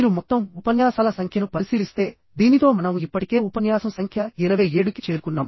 మీరు మొత్తం ఉపన్యాసాల సంఖ్యను పరిశీలిస్తే దీనితో మనం ఇప్పటికే ఉపన్యాసం సంఖ్య 27కి చేరుకున్నాము